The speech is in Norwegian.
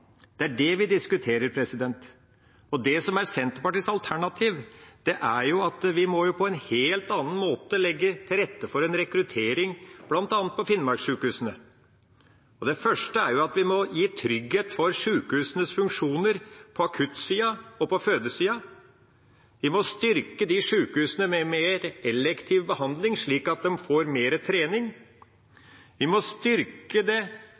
Det er det vi diskuterer. Senterpartiets alternativ er at vi må legge til rette for rekruttering til bl.a. Finnmark-sykehusene på en helt annen måte. Det første er at vi må gi trygghet for sykehusenes funksjoner på akuttsiden og på fødesiden. Vi må styrke sykehusene med mer elektiv behandling, slik at de får mer trening. Vi må styrke utdanningsmuligheter for Finnmarks ungdom, med lønn og reduksjon av studielån. Det